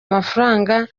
amafaranga